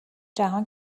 جهان